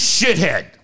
shithead